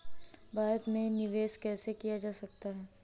भारत में निवेश कैसे किया जा सकता है?